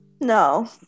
No